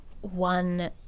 one